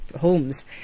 homes